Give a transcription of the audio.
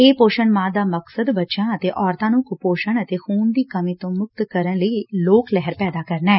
ਇਸ ਪੋਸ਼ਣ ਮਾਹ ਦਾ ਮਕਸਦ ਬੱਚਿਆ ਅਤੇ ਔਰਤਾਂ ਨੂੰ ਕੁਪੋਸ਼ਣ ਅਤੇ ਖੁਨ ਦੀ ਕਮੀ ਮੁਕਤ ਕਰਨ ਲਈ ਲੋਕ ਲਹਿਰ ਪੈਦਾ ਕਰਨਾ ਐ